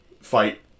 fight